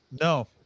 No